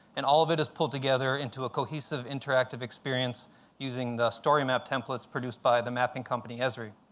and all of it is pulled together into a cohesive interactive experience using the story map templates produced by the mapping company, esri.